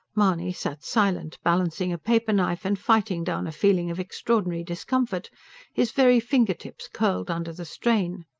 mahony sat silent, balancing a paper-knife, and fighting down a feeling of extraordinary discomfort his very finger-tips curled under the strain.